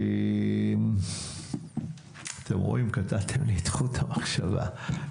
בבקשה.